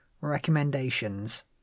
recommendations